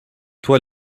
toi